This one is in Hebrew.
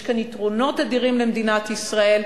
יש כאן יתרונות אדירים למדינת ישראל.